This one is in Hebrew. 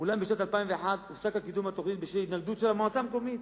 אולם בשנת 2001 הופסק קידום התוכנית בשל התנגדות של המועצה המקומית.